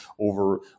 over